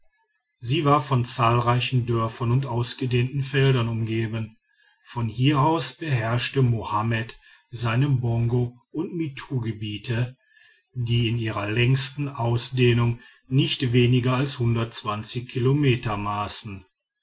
sie war von zahlreichen dörfern und ausgedehnten feldern umgeben von hier aus beherrschte mohammed seine bongo und mittugebiete die in ihrer längsten ausdehnung nicht weniger als kilometer maßen